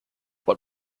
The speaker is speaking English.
what